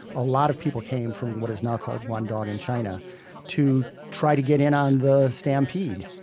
a lot of people came from what is now called guangdong in china to try to get in on the stampede.